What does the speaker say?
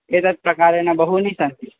एतत् प्रकारेण बहूनि सन्ति